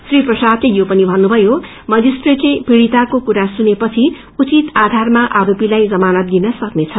श्री प्रसादले यो पनि भन्नुभयो मजिस्ट्रेटले पीड़िताको कुरा सुनेपछि उचित आधारमा आरोपीलाइ जमानत दिन सक्नेछ